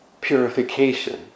purification